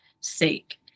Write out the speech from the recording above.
sake